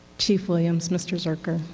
chief williams, mr. zuercher,